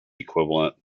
equivalent